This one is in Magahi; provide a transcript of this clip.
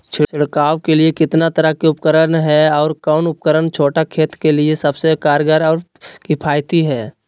छिड़काव के लिए कितना तरह के उपकरण है और कौन उपकरण छोटा खेत के लिए सबसे कारगर और किफायती है?